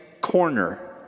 corner